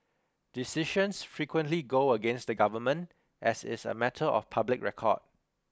decisions frequently go against the government as is a matter of public record